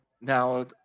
now